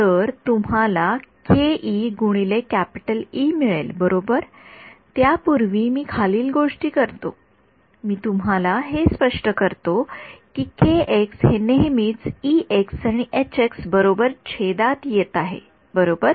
तर तुम्हाला मिळेल बरोबर त्यापूर्वी मी खालील गोष्टी करतो मी तुम्हाला हे स्पष्ट करतो की हे नेहमीच आणि बरोबर छेदात येत आहे बरोबर